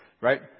right